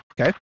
okay